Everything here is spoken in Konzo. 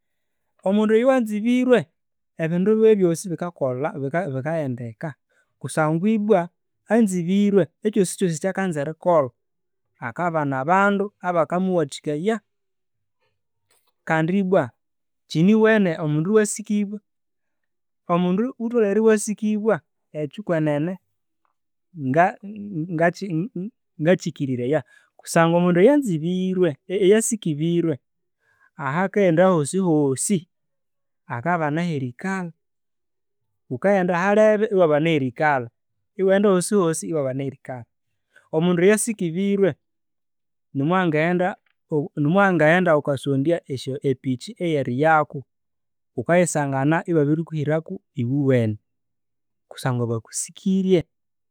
Omundu oyo wanzibirwe, ebindu biwe ebyosi bika, bikaghendeka kusangwa ibwa anzibirwe, ekyosikyosi ekya kanza erikolha, akabana abandu abakamuwathikaya. Kandi ibwa, kiniwene omundu iwa sikibwa? Omunda ghutholhere inia sikibwa kwenene. Ngachiki ngachikiriraya kusangwa omunduoywanzibirwe eyasikibirwe, ahakaghenda ahosihosi, akabana aherikalha. Akaghenda halebe iniabana aherikalha iwaghenda ahosihosi iwabana aherikalha. Omundu oyo sikibirwe, no muwangaghenda ghukasondya esypi epiki eyerighendako, ghukayisangana ibabirikuhirako iwuwene kusangwa bakusikirye.